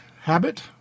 habit